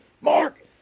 Mark